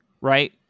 right